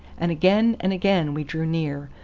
and again and again we drew near,